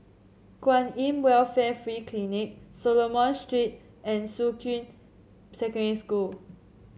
Kwan In Welfare Free Clinic Solomon Street and Shuqun Secondary School